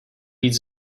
být